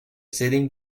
sitting